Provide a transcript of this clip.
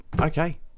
okay